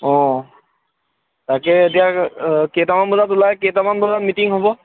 অঁ তাকেহে এতিয়া অঁ কেইটামান বজাত ওলাই কেইটামান বজাত মিটিং হ'ব